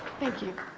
thank you.